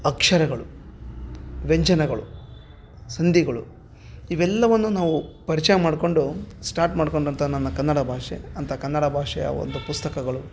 ಅಕ್ಷರಗಳು ವ್ಯಂಜನಗಳು ಸಂಧಿಗಳು ಇವೆಲ್ಲವನ್ನು ನಾವು ಪರಿಚಯ ಮಾಡ್ಕೊಂಡು ಸ್ಟಾರ್ಟ್ ಮಾಡ್ಕೊಂಡಂಥ ನನ್ನ ಕನ್ನಡ ಭಾಷೆ ಅಂತ ಕನ್ನಡ ಭಾಷೆಯ ಒಂದು ಪುಸ್ತಕಗಳು